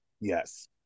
Yes